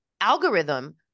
algorithm